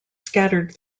scattered